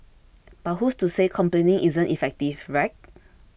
but who's to say complaining isn't effective right